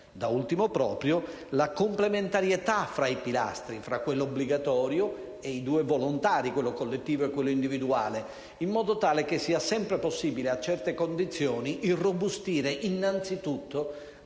obbligatoria; complementarietà fra i pilastri, fra quello obbligatorio e i due volontari, quello collettivo e quello individuale, in modo tale che sia sempre possibile, a certe condizioni irrobustire innanzitutto la prima pensione,